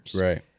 Right